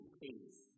please